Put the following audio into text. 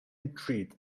retreat